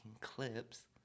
Clips